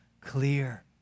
clear